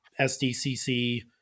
SDCC